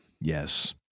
yes